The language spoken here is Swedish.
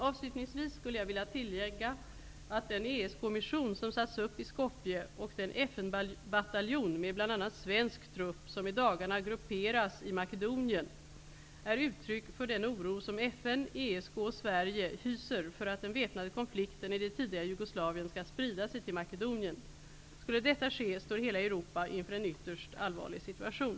Avslutningsvis skulle jag vilja tillägga att den ESK mission som satts upp i Skopje och den FN-bataljon med bl.a. svensk trupp som i dagarna har grupperats i Makedonien är uttryck för den oro som FN, ESK och Sverige hyser för att den väpnade konflikten i det tidigare Jugoslavien skall sprida sig till Makedonien. Skulle detta ske står hela Europa inför en ytterst allvarlig situation.